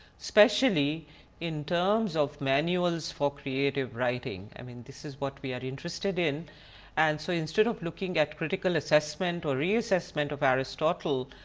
especially in terms of manuals for creative writing. i mean this is what we are interested in and so instead of looking at critical assessment or reassessment of aristotle,